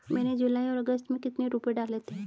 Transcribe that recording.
मैंने जुलाई और अगस्त में कितने रुपये डाले थे?